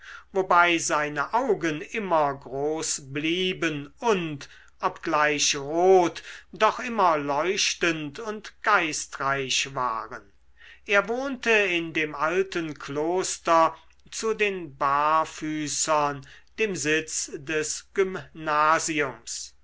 wobei seine augen immer groß blieben und obgleich rot doch immer leuchtend und geistreich waren er wohnte in dem alten kloster zu den barfüßern dem sitz des gymnasiums